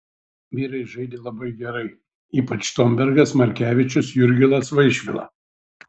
vyrai žaidė labai gerai ypač štombergas markevičius jurgilas vaišvila